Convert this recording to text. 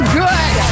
good